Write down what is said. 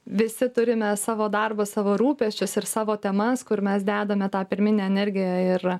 visi turime savo darbą savo rūpesčius ir savo temas kur mes dedame tą pirminę energiją ir